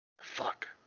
fuck